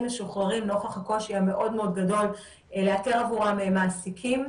משוחררים נוכח הקושי המאוד מאוד גדול לאתר עבורם מעסיקים.